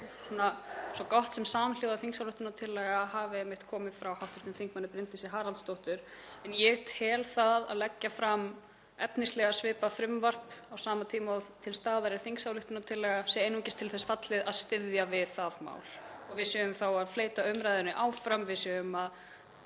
svo gott sem samhljóða þingsályktunartillaga hafi einmitt komið frá hv. þm. Bryndísi Haraldsdóttur. En ég tel það að leggja fram efnislega svipað frumvarp á sama tíma og til staðar er þingsályktunartillaga sé einungis til þess fallið að styðja við það mál. Við séum þá að fleyta umræðunni áfram, við séum að